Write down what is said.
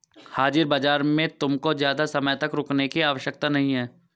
हाजिर बाजार में तुमको ज़्यादा समय तक रुकने की आवश्यकता नहीं है